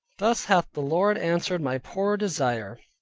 thus hath the lord answered my poor desire,